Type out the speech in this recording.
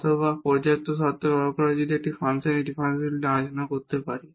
অথবা পর্যাপ্ত শর্ত ব্যবহার করেও আমরা একটি ফাংশনের ডিফারেনশিবিলিটি নিয়ে আলোচনা করতে পারি